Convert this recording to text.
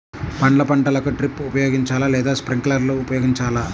పండ్ల పంటలకు డ్రిప్ ఉపయోగించాలా లేదా స్ప్రింక్లర్ ఉపయోగించాలా?